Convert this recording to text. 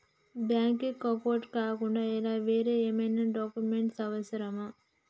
Bank account కాకుండా ఇంకా వేరే ఏమైనా డాక్యుమెంట్స్ అవసరమా?